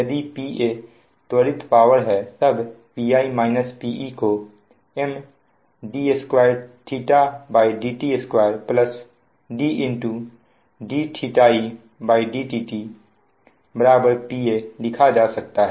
यदि Pa त्वरित power है तब Pi - Pe को Md2edt2Ddedt Pa लिखा जा सकता है